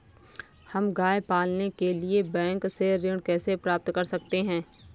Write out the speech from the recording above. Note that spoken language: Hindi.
हम गाय पालने के लिए बैंक से ऋण कैसे प्राप्त कर सकते हैं?